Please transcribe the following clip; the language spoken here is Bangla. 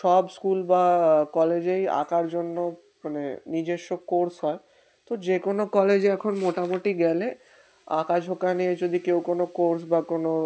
সব স্কুল বা কলেজেই আঁকার জন্য মানে নিজস্ব কোর্স হয় তো যে কোনো কলেজে এখন মোটামুটি গেলে আঁকা ঝোঁকা নিয়ে যদি কেউ কোনো কোর্স বা কোনো